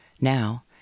Now